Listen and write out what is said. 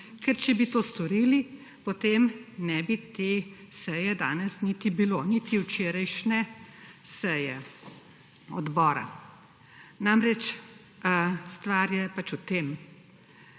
Ker, če bi to storili, potem ne bi te seje danes niti bilo, niti včerajšnje seje odbora. Namreč, stvar je v tem.